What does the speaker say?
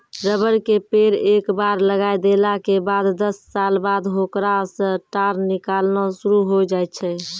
rubber के पेड़ एक बार लगाय देला के बाद दस साल बाद होकरा सॅ टार निकालना शुरू होय जाय छै